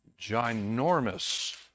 ginormous